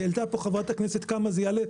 העלתה פה חברת הכנסת את השאלה: כמה זה יעלה.